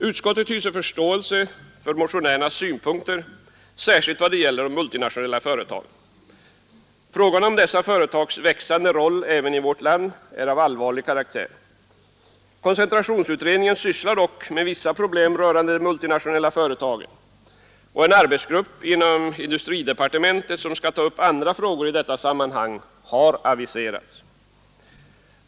Utskottet hyser förståelse för motionärernas synpunkter, särskilt vad det gäller de multinationella företagen. Frågan om dessa företags växande roll även i vårt land är av allvarlig karaktär. Koncentrationsutredningen sysslar dock med vissa problem rörande de multinationella företagen, och en arbetsgrupp inom industridepartementet som skall ta upp andra frågor i detta sammanhang har aviserats.